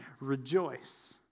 rejoice